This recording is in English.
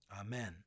Amen